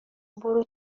برو